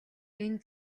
энэ